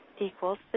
equals